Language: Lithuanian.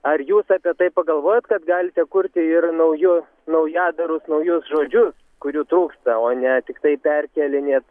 ar jūs apie tai pagalvojot kad galite kurti ir nauju naujadarus naujus žodžius kurių trūksta o ne tiktai perkėlinėt